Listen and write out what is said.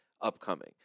Upcoming